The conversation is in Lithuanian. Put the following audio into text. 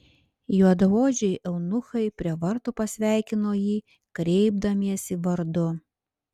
juodaodžiai eunuchai prie vartų pasveikino jį kreipdamiesi vardu